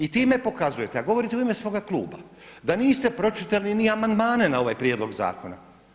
I time pokazujete a govorite u ime svoga kluba da niste pročitali ni amandmane na ovaj prijedlog zakona.